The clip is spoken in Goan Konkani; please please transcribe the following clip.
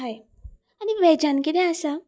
हय आनी वेजान कितें आसा